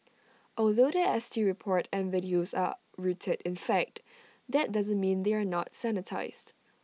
although The S T report and videos are rooted in fact that doesn't mean they are not sanitised